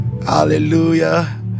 Hallelujah